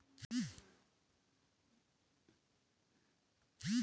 विकलांग पेंशन स्वीकृति हेतु क्या पात्रता होनी चाहिये?